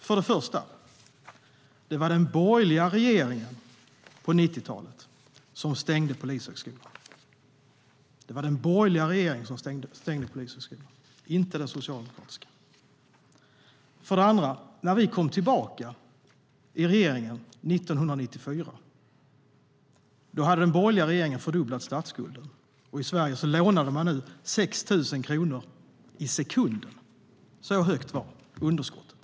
För det första var det den borgerliga regeringen som på 90-talet stängde Polishögskolan, inte den socialdemokratiska. När vi kom tillbaka i regeringen 1994, för det andra, hade den borgerliga regeringen fördubblat statsskulden. I Sverige lånade man nu 6 000 kronor i sekunden. Så högt var underskottet.